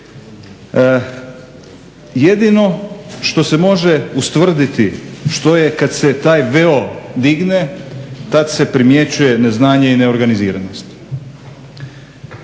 Jedino što se može ustvrditi što je kad se taj veo digne, tad se primjećuje neznanje i neorganiziranost.